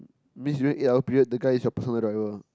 this rate yeah I'll period the guy is your personal driver